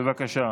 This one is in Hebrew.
בבקשה.